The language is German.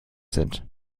sind